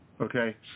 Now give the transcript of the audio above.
Okay